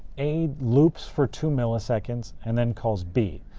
a loops for two milliseconds and then calls b.